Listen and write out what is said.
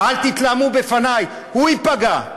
אל תתלהמו בפני" ייפגע.